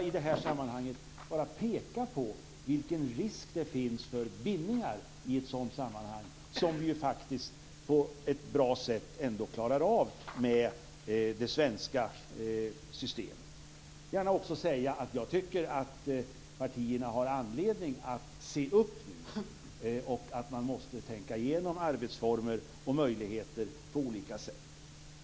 I det här sammanhanget vill jag bara peka på vilken risk det finns för bindningar i ett sådant sammanhang som vi på ett bra sätt klarar av med det svenska systemet. Jag vill gärna också säga att jag tycker att partierna har anledning att se upp nu. Man måste tänka igenom arbetsformer och möjligheter på olika sätt.